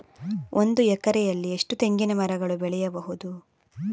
ಒಂದು ಎಕರೆಯಲ್ಲಿ ಎಷ್ಟು ತೆಂಗಿನಮರಗಳು ಬೆಳೆಯಬಹುದು?